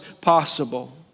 possible